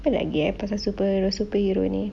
siapa lagi eh pasal super superhero ni